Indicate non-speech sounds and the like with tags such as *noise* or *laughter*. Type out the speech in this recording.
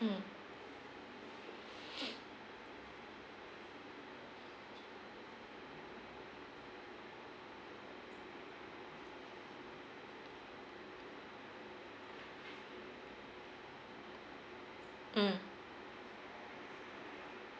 mm *breath* mm